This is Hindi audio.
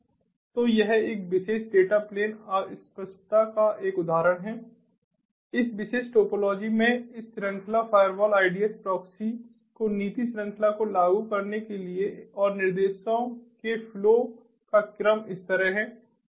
तो यह एक विशेष डेटा प्लेन अस्पष्टता का एक उदाहरण है इस विशेष टोपोलॉजी में इस श्रृंखला फ़ायरवॉल IDS प्रॉक्सी को नीति श्रृंखला को लागू करने के लिए और निर्देशों के फ्लो का क्रम इस तरह है